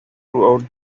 throughout